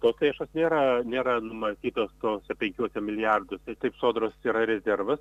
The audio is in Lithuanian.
tos lėšos nėra nėra numatytos tuose penkiuose milijarduose taip sodros yra rezervas